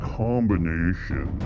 combination